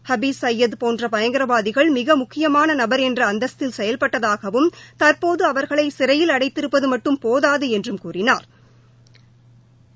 ஹபீஸ் சையது போன்ற பயங்கரவாதிகள் மிக முக்கியமான நபர் என்ற அந்தஸ்தில் செயல்பட்டதாகவும் தற்போது அவா்களை சிறையில் அடைத்திருப்பது மட்டும் போதாது என்று அவா் கூறினா்